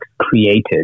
created